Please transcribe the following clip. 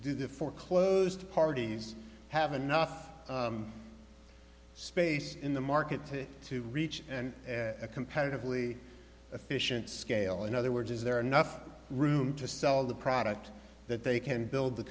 do the foreclosed parties have enough space in the market to to reach and a comparatively efficient scale in other words is there enough room to sell the product that they can build the